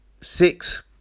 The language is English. six